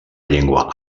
llengua